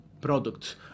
product